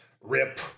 Rip